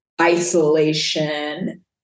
isolation